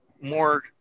more